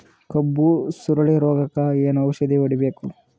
ಕಬ್ಬು ಸುರಳೀರೋಗಕ ಏನು ಔಷಧಿ ಹೋಡಿಬೇಕು?